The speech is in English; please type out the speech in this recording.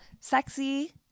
sexy